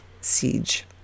siege